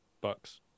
Bucks